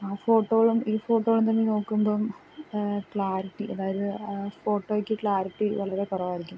ആ ഫോട്ടോകളും ഈ ഫോട്ടോകളും തമ്മിൽ നോക്കുമ്പം ക്ലാരിറ്റി അതായത് ഫോട്ടോയ്ക്ക് ക്ലാരിറ്റി വളരെ കുറവായിരിക്കും